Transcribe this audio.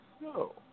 No